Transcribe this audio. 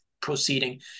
proceeding